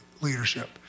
leadership